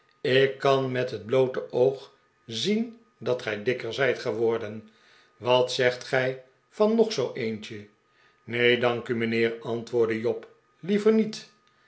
ik kan met het bloote oog zien dat gij dikker zijt geworden wat zegt gij van nog zoo eentje neen dank u mijnheer antwoordde job liever niet